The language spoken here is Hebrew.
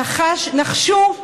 נחשו.